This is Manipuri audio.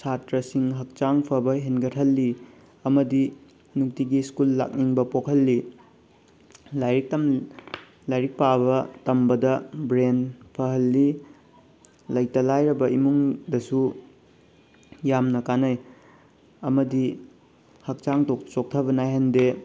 ꯁꯥꯇ꯭ꯔꯁꯤꯡ ꯍꯛꯆꯥꯡ ꯐꯕ ꯍꯦꯟꯒꯠꯍꯜꯂꯤ ꯑꯃꯗꯤ ꯅꯨꯡꯇꯤꯒꯤ ꯁ꯭ꯀꯨꯜ ꯂꯥꯛꯅꯤꯡꯕ ꯄꯣꯛꯍꯜꯂꯤ ꯂꯥꯏꯔꯤꯛ ꯂꯥꯏꯔꯤꯛ ꯄꯥꯕ ꯇꯝꯕꯗ ꯕ꯭ꯔꯦꯟ ꯐꯍꯜꯂꯤ ꯂꯩꯇ ꯂꯥꯏꯔꯕ ꯏꯃꯨꯡꯗꯁꯨ ꯌꯥꯝꯅ ꯀꯥꯟꯅꯩ ꯑꯃꯗꯤ ꯍꯛꯆꯥꯡ ꯆꯣꯛꯊꯕ ꯅꯥꯏꯍꯟꯗꯦ